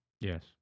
Yes